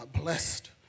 blessed